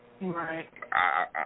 Right